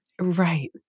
Right